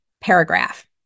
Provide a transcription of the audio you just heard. paragraph